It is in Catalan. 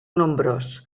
nombrós